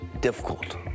difficult